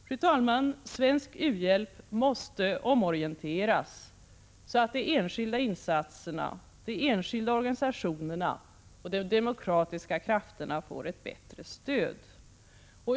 Fru talman! Svensk u-hjälp måste omorienteras så att de enskilda insatserna, de enskilda organisationerna och de demokratiska krafterna får ett bättre stöd.